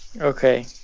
Okay